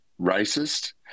racist